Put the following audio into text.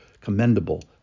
commendable